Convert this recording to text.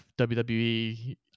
WWE